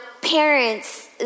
parents